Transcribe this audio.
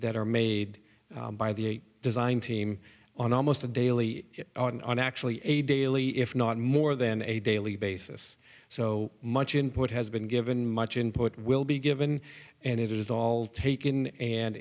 that are made by the design team on almost a daily and actually a daily if not more than a daily basis so much input has been given much input will be given and it is all taken and